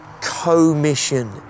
co-mission